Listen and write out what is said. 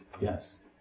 Yes